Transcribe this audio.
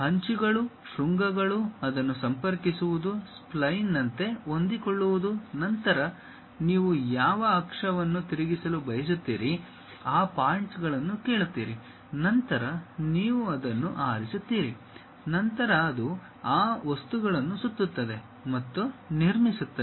ಅಂಚುಗಳು ಶೃಂಗಗಳು ಅದನ್ನು ಸಂಪರ್ಕಿಸುವುದು ಸ್ಪ್ಲೈನ್ನಂತೆ ಹೊಂದಿಕೊಳ್ಳುವುದು ನಂತರ ನೀವು ಯಾವ ಅಕ್ಷವನ್ನು ತಿರುಗಿಸಲು ಬಯಸುತ್ತೀರಿ ಆ ಪಾಯಿಂಟ್ಸ್ಗಳನ್ನು ಕೇಳುತ್ತೀರಿ ನಂತರ ನೀವು ಅದನ್ನು ಆರಿಸುತ್ತೀರಿ ನಂತರ ಅದು ಈ ವಸ್ತುಗಳನ್ನು ಸುತ್ತುತ್ತದೆ ಮತ್ತು ನಿರ್ಮಿಸುತ್ತದೆ